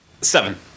Seven